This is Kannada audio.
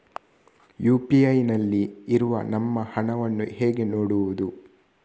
ಯು.ಪಿ.ಐ ನಲ್ಲಿ ಇರುವ ನಮ್ಮ ಹಣವನ್ನು ಹೇಗೆ ನೋಡುವುದು?